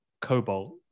Cobalt